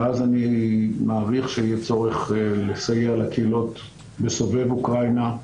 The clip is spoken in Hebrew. ואז אני מעריך שיהיה צורך לסייע לקהילות בסובב אוקראינה.